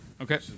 Okay